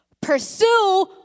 Pursue